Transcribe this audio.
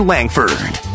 Langford